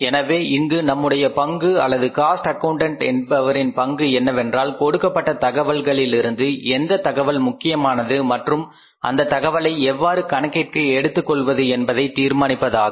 எனவே இங்கு நம்முடைய பங்கு அல்லது காஸ்ட் அக்கவுன்டன்ட் என்பவரின் பங்கு என்னவென்றால் கொடுக்கப்பட்ட தகவல்களிலிருந்து எந்த தகவல் முக்கியமானது மற்றும் அந்த தகவலை எவ்வாறு கணக்கிற்கு எடுத்துக் கொள்வது என்பதை தீர்மானிப்பது ஆகும்